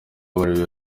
muri